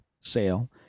sale